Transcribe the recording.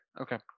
okay